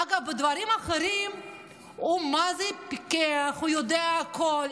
אגב, בדברים אחרים הוא מה זה פיקח, הוא יודע הכול.